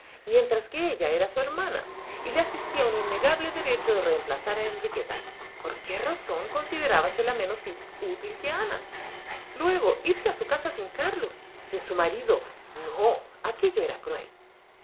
mientras que ella era su hermana y le asistía un innegable derecho de reemplazar a enriqueta por qué razón considerábasela menos útil que ana luego irse a su casa sin carlos sin su marido no aquello era cruel